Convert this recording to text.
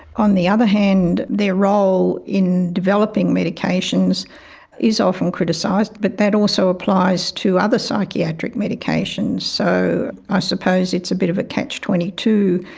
on the other hand, their role in developing medications is often criticised, but that also applies to other psychiatric medications, so i suppose it's a bit of a catch twenty two.